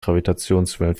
gravitationswellen